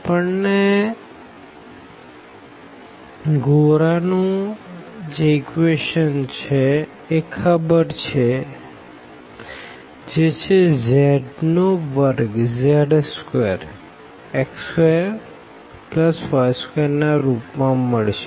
આપણ ને સ્ફીઅર નું ઇક્વેશન ખબર છે જે છે z નો વર્ગ x2y2ના રૂપ માં મળશે